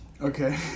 Okay